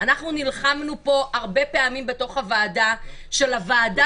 אנחנו נלחמנו פה הרבה פעמים בוועדה שהוועדה